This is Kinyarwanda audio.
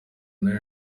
nari